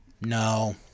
No